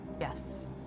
Yes